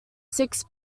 six